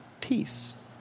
peace